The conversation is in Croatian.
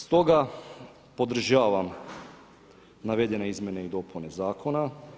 Stoga podržavam navedene izmjene i dopune zakona.